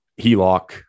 HELOC